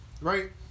Right